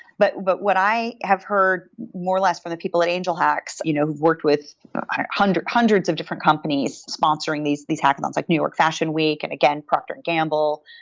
but but what i have heard more or less for the people at angel hacks you know who worked with hundreds hundreds of different companies sponsoring these these hackathons, like new york fashion week and, again, procter and gamble,